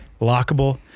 Lockable